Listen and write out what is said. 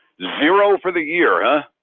zero for the year, huh?